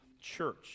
church